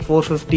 450